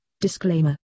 Disclaimer